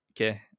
Okay